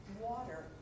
water